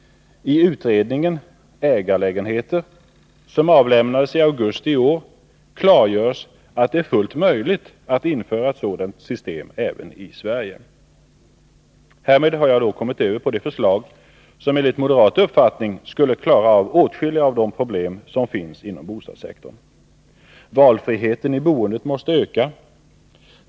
I utredningen Ägarlägenheter, som avlämnades i augusti, klargörs att det är fullt möjligt att införa ett sådant system även i Sverige. Härmed har jag kommit över på de förslag som enligt moderat uppfattning skall klara av åtskilliga av de problem som finns inom bostadssektorn. Valfriheten i boendet måste öka.